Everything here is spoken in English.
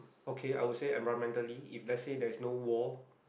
okay I will say environmentally if let's say there is no war